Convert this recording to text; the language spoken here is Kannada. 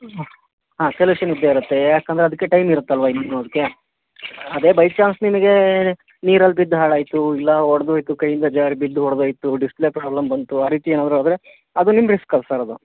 ಹಾಂ ಹಾಂ ಸೊಲ್ಯೂಷನ್ ಇದ್ದೇ ಇರುತ್ತೆ ಯಾಕಂದರೆ ಅದಕ್ಕೆ ಟೈಮ್ ಇರುತ್ತಲ್ವಾ ಇನ್ನೂ ಅದಕ್ಕೆ ಅದೆ ಬೈ ಚಾನ್ಸ್ ನಿಮಗೆ ನೀರಲ್ಲಿ ಬಿದ್ದು ಹಾಳಾಯಿತು ಇಲ್ಲ ಒಡೆದೋಯ್ತು ಕೈಯಿಂದ ಜಾರಿ ಬಿದ್ದು ಒಡೆದೋಯ್ತು ಡಿಸ್ಪ್ಲೇ ಪ್ರಾಬ್ಲಮ್ ಬಂತು ಆ ರೀತಿ ಏನಾದರೂ ಆದರೆ ಅದು ನಿಮ್ಮ ರಿಸ್ಕ್ ಅದು ಸರ್ ಅದು